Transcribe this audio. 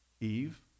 Eve